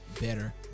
better